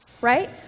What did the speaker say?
right